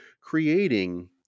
creating